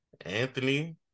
Anthony